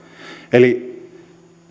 eli